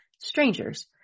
strangers